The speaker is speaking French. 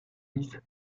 dix